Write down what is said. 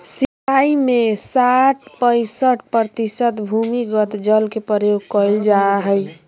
सिंचाई में साठ पईंसठ प्रतिशत भूमिगत जल के प्रयोग कइल जाय हइ